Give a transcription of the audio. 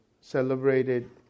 celebrated